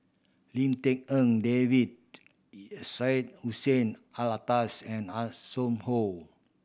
Lim Tik En David Syed Hussein Alatas and Hanson Ho